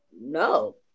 no